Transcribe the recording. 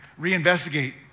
reinvestigate